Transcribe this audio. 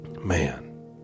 man